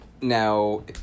Now